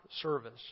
service